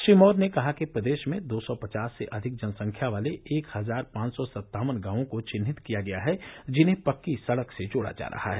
श्री मौर्य ने कहा कि प्रदेश में दो सौ पचास से अधिक जनसंख्या वाले एक हजार पांच सौ सत्तावन गांवों को विन्हित किया गया है जिन्हें पक्की सड़क से जोड़ा जा रहा है